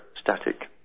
static